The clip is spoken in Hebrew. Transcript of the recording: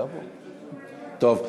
טוב.